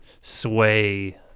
sway